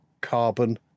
carbon